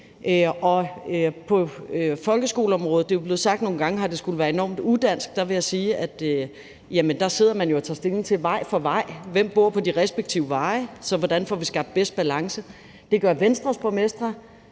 på folkeskoleområdet – det er jo blevet sagt nogle gange her – skulle det være enormt udansk. Der vil jeg sige, at man sidder og tager stilling til det vej for vej, altså hvem der bor på de respektive veje, og hvordan man får skabt den bedste balance. Det gør Venstres borgmestre,